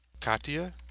Katya